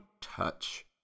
touch